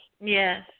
Yes